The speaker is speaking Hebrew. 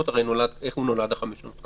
איך נולד ה-500 מטר?